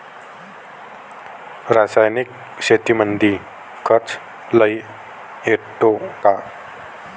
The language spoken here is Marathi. रासायनिक शेतीमंदी खर्च लई येतो का?